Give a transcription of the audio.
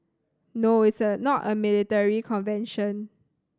no it's a not a military convention